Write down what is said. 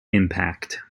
impact